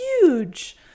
huge